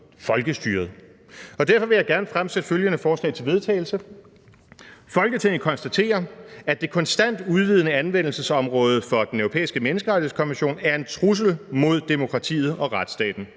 folkestyret. Og derfor vil jeg gerne fremsætte følgende: Forslag til vedtagelse »Folketinget konstaterer, at det konstant udvidede anvendelsesområde for Den Europæiske Menneskerettighedskonvention er en trussel mod demokratiet og retsstaten.